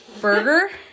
burger